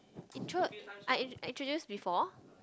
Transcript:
intro I in~ introduce before